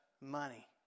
money